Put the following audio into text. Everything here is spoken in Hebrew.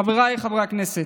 חבריי חברי הכנסת,